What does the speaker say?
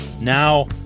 now